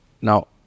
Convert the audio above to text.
Now